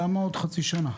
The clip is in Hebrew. אז למה עוד חצי שנה?